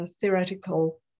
theoretical